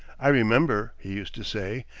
i remember, he used to say,